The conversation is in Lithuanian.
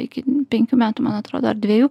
iki penkių metų man atrodo ar dviejų